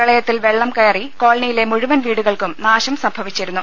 പ്രളയത്തിൽ വെള്ളം കയറി കോളനിയിലെ മുഴുവൻ വീടുകൾക്കും നാശം സംഭവിച്ചിരുന്നു